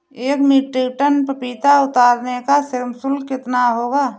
एक metric tonne पपीता उतारने का श्रम शुल्क कितना होगा?